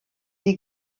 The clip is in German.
die